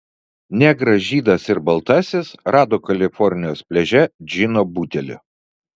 negras žydas ir baltasis rado kalifornijos pliaže džino butelį